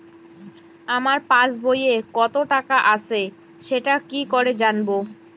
আমার পাসবইয়ে কত টাকা আছে সেটা কি করে জানবো?